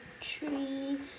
tree